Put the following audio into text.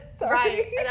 right